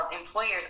employers